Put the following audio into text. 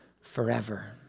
forever